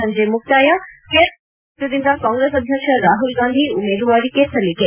ಸಂಜೆ ಮುಕ್ತಾಯ ಕೇರಳದ ವಯನಾಡ್ ಮತಕ್ಷೇತ್ರದಿಂದ ಕಾಂಗ್ರೆಸ್ ಅಧ್ಯಕ್ಷ ರಾಹುಲ್ ಗಾಂಧಿ ಉಮೇದುವಾರಿಕೆ ಸಲ್ಲಿಕೆ